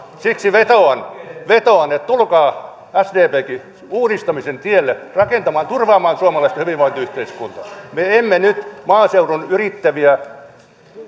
siksi vetoan vetoan että tulkaa sdpkin uudistamisen tielle rakentamaan turvaamaan suomalaista hyvinvointiyhteiskuntaa me emme nyt maaseudun yrittäviä